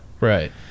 Right